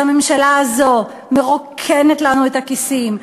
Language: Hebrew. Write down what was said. אז הממשלה הזאת מרוקנת לנו את הכיסים,